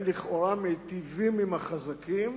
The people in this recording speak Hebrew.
הם לכאורה מיטיבים עם החזקים,